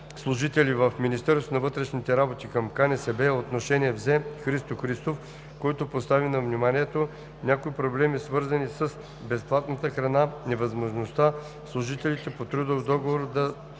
служители в МВР към КНСБ отношение взе Христо Христов, който постави на вниманието някои проблеми, свързани с безплатната храна, невъзможността служителите по трудов договор да